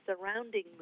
surrounding